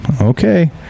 Okay